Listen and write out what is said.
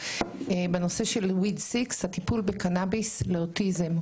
בנושא של WEED6 הטיפול בקנביס לאוטיזם.